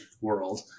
world